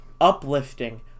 uplifting